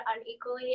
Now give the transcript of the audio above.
unequally